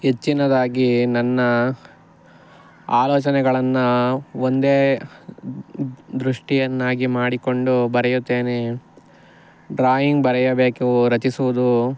ಹೆಚ್ಚಿನದಾಗಿ ನನ್ನ ಆಲೋಚನೆಗಳನ್ನು ಒಂದೇ ದೃಷ್ಟಿಯನ್ನಾಗಿ ಮಾಡಿಕೊಂಡು ಬರೆಯುತ್ತೇನೆ ಡ್ರಾಯಿಂಗ್ ಬರೆಯಬೇಕು ರಚಿಸುವುದು